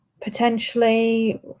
potentially